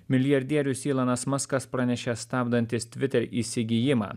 milijardierius ylanas muskas pranešė stabdantis twitter įsigijimą